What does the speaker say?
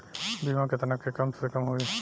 बीमा केतना के कम से कम होई?